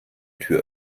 tür